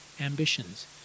ambitions